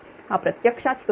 हा प्रत्यक्षात स्त्रोत आहे